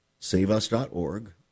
saveus.org